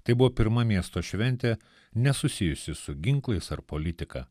tai buvo pirma miesto šventė nesusijusi su ginklais ar politika